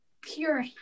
pure